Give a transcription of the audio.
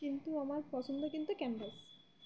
কিন্তু আমার পছন্দ কিন্তু ক্যানভাস